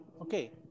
Okay